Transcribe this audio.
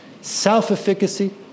self-efficacy